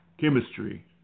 Chemistry